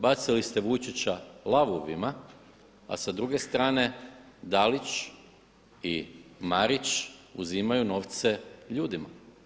Bacali ste vučića lavovima a sa druge strane Dalić i Marić uzimaju novce ljudima.